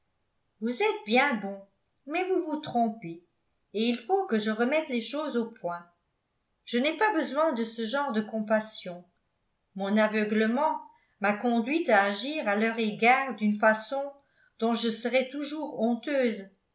vous êtes bien bon mais vous vous trompez et il faut que je remette les choses au point je n'ai pas besoin de ce genre de compassion mon aveuglement m'a conduite à agir à leur égard d'une façon dont je serai toujours honteuse